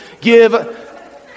give